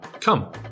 Come